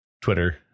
twitter